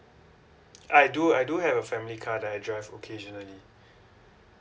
I do I do have a family car that I drive occasionally